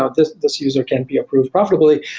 ah this this user can't be approved profitably,